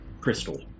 crystal